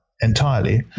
entirely